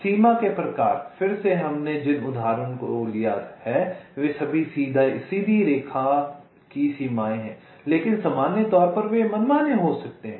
सीमा के प्रकार फिर से हमने जिन उदाहरणों को लिया है वे सभी सीधी रेखा की सीमाएं हैं लेकिन सामान्य तौर पर वे मनमाने हो सकते हैं